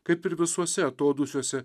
kaip ir visuose atodūsiuose